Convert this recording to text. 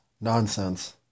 nonsense